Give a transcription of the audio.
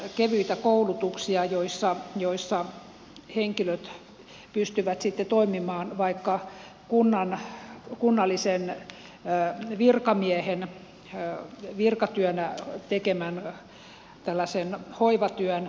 kevyitä koulutuksia joissa henkilöt pystyvät sitten toimimaan vaikka kunnallisen virkamiehen virkatyönä tekemän hoivatyön apuhenkilönä